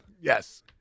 Yes